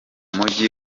mujyi